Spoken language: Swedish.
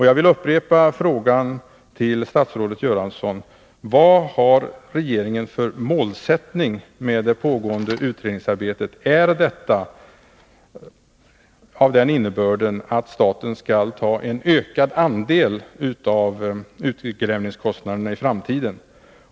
Jag vill upprepa frågan till statsrådet Göransson: Vad har regeringen för målsättning för det pågående utredningsarbetet? Är detta av den innebörden att staten skall ta en ökad andel av utgrävningskostnaderna i framtiden?